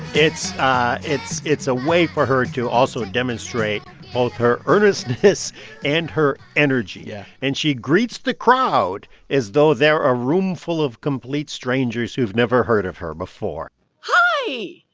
it's it's a way for her to also and demonstrate both her earnestness and her energy yeah and she greets the crowd as though they're a room full of complete strangers who've never heard of her before hi.